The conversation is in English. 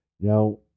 Now